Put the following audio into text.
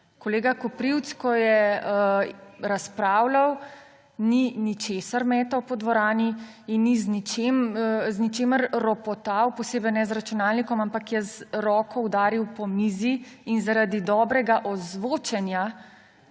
Kolega Koprivc, ko je razpravljal, ni ničesar metal po dvorani in ni z ničemer ropotal, posebej ne z računalnikom, ampak je z roko udaril po mizi in zaradi dobrega ozvočenja